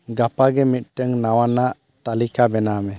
ᱜᱟᱯᱟᱜᱮ ᱢᱤᱫᱴᱟᱹᱝ ᱱᱟᱣᱟᱱᱟᱜ ᱛᱟᱞᱤᱠᱟ ᱵᱮᱱᱟᱣᱢᱮ